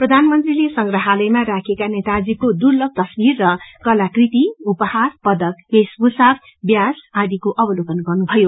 प्रधानमंत्रीले संग्रहालयमा राखिएका नोताजीको दुर्लभ तस्वीर र कलाकृति उपहार पदक वेशभूषा व्याज आदिको अक्लोक गन्नीायो